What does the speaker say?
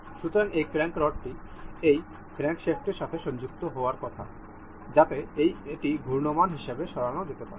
সুতরাং এই ক্র্যাঙ্ক রডটি এই ক্র্যাঙ্কশ্যাফটের সাথে সংযুক্ত হওয়ার কথা যাতে এটি ঘূর্ণায়মান হিসাবে সরানো যেতে পারে